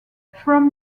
from